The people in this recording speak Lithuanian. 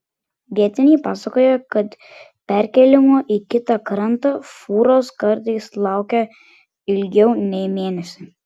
vietiniai pasakoja kad perkėlimo į kitą krantą fūros kartais laukia ilgiau nei mėnesį